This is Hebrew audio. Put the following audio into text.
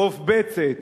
חוף בצת,